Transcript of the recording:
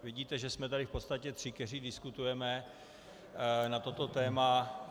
Vidíte, že jsme tady v podstatě tři, kteří diskutujeme na toto téma.